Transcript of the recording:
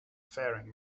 faring